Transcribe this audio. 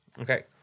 Okay